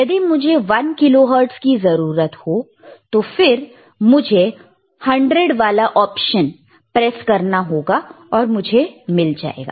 यदि मुझे 1 किलोहर्टज की जरूरत हो तो फिर मुझे 100 वाला ऑप्शन प्रेस करना होगा और मुझे मिल जाएगा